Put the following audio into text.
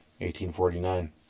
1849